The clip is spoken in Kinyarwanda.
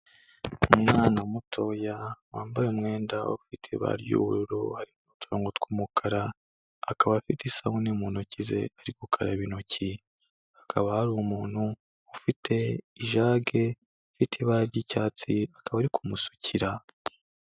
Umwana mutoya wambaye umwenda ufite ibara ry'ubururu harimo uturongo tw'umukara, akaba afite isabune mu ntoki ze ari gukaraba intoki, hakaba hari umuntu ufite ijage ifite ibara ry'icyatsi akaba ari kumusukira.